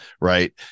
right